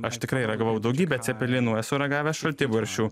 aš tikrai ragavau daugybę cepelinų esu ragavęs šaltibarščių